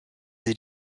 sie